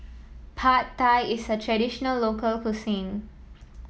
Pad Thai is a traditional local cuisine